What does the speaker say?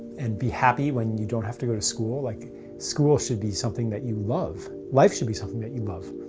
and be happy when you don't have to go to school. like school should be something that you love. life should be something that you love.